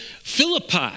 Philippi